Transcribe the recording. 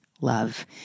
love